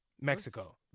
Mexico